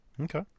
Okay